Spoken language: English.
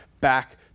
back